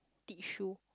teach you